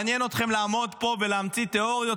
מעניין אתכם לעמוד פה ולהמציא תיאוריות